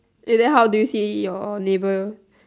and then how do you see your neighbour